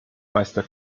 meister